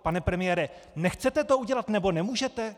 Pane premiére, nechcete to udělat, nebo nemůžete?!